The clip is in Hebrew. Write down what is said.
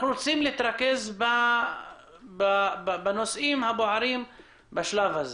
אנחנו רוצים להתרכז בנושאים הבוערים בשלב הזה.